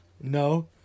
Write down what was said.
No